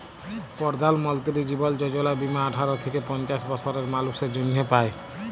পরধাল মলতিরি জীবল যজলা বীমা আঠার থ্যাইকে পঞ্চাশ বসরের মালুসের জ্যনহে পায়